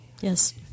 Yes